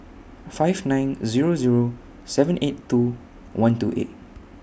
five nine Zero Zero seven eight two one two eight